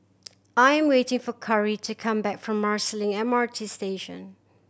I am waiting for Kari to come back from Marsiling M R T Station